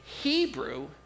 Hebrew